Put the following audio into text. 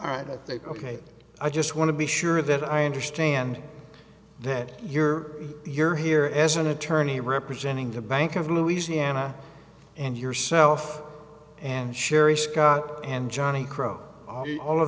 think ok i just want to be sure that i understand that you're you're here as an attorney representing the bank of louisiana and yourself and sherry scott and johnny crowe all of